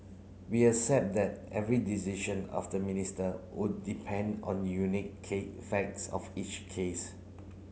we accept that every decision of the Minister would depend on unique cake facts of each case